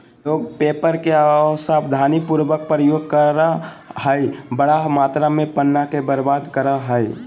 लोग पेपर के असावधानी पूर्वक प्रयोग करअ हई, बड़ा मात्रा में पन्ना के बर्बाद करअ हई